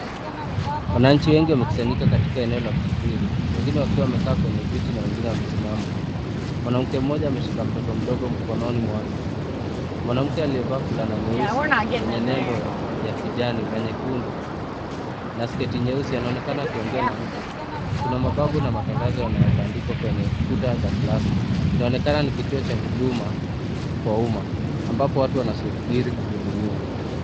Wananchi wengi wamekusanyika katika eneo la kusubiri wakiwa wamekaa kwenye viti na wengine wamesimama. Mwanamke mmoja ameshika mtoto mdogo mkononi mwake na mwingine aliyevaa fulana nyeusi yenye lebo ya kijani na nyekundu na sketi nyeusi anaonekana akiongea na mtu. Kuna mabango na matangazo yanayobandikwa kwenye kuta za glass .Inaonekana ni kituo cha uma ambapo watu wanasumbiri kuhudumiwa.